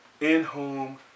in-home